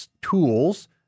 tools